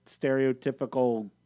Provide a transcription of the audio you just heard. stereotypical